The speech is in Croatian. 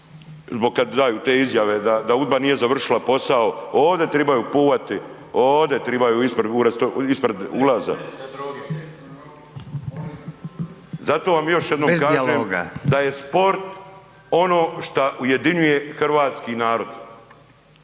zbog kad daju te izjave, da UDBA nije završila posao ovde tribaju puvati, ovde tribaju ispred ulaza. Zato vam …/Upadica: Bez dijaloga./… još jednom kažem da je sport ono što ujedinjuje hrvatski narod.